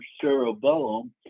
cerebellum